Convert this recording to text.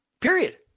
period